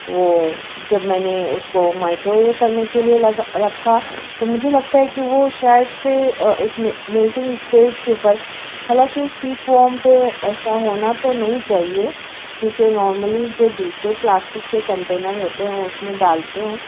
وہ جب میں نے اس کو مائکرو ویو کرنے کے لئے لگا رکھا تو مجھے لگتا ہے کہ وہ شاید سے ایک ملٹنگ اسٹیج کے اوپر حالانکہ کیپ وارم پہ ایسا ہونا تو نہیں چاہیے کیونکہ نارملی جو دوسرے پلاسٹک کے کنٹینر ہوتے ہیں اس میں ڈالتے ہیں